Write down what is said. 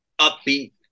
upbeat